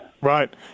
Right